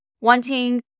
wanting